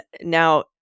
Now